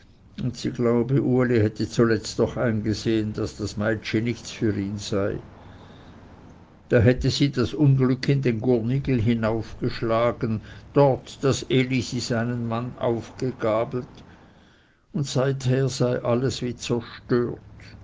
sie glaube uli hätte zuletzt doch eingesehen daß das meitschi nichts für ihn sei da hätte sie das unglück in den gurnigel hinauf geschlagen dort das elisi seinen mann aufgegabelt und seither sei alles wie zerstört